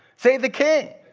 say, the king.